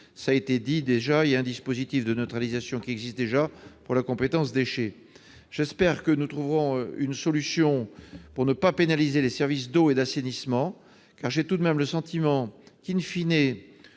Cela a été déjà dit, un tel dispositif de neutralisation existe déjà pour la compétence déchets. J'espère que nous trouverons une solution pour ne pas pénaliser les services d'eau et d'assainissement. J'ai tout de même le sentiment que,,